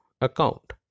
account